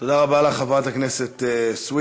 תודה רבה לך, חברת הכנסת סויד.